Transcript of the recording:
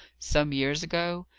some years ago?